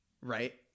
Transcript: Right